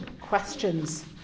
questions